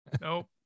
nope